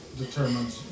determines